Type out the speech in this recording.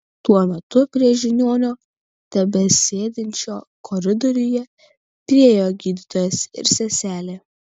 tuo metu prie žiniuonio tebesėdinčio koridoriuje priėjo gydytojas ir seselė